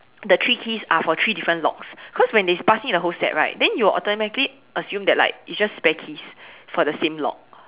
the three keys are for three different locks cause when they pass me the whole set right then you will automatically assume that like it's just spare keys for the same lock